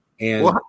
And-